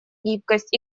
гибкость